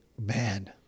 Man